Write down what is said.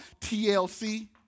TLC